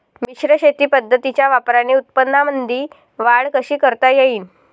मिश्र शेती पद्धतीच्या वापराने उत्पन्नामंदी वाढ कशी करता येईन?